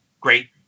great